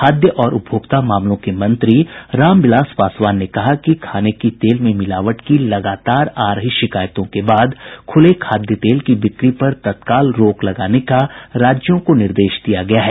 खाद्य और उपभोक्ता मामलों के मंत्री रामविलास पासवान ने कहा कि खाने की तेल में मिलावट की लगातार आ रही शिकायतों के बाद खुले खाद्य तेल की बिक्री पर तत्काल रोक लगाने का राज्यों को निर्देश दिया गया है